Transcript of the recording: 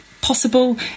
possible